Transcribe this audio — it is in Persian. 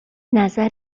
نظر